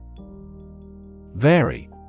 Vary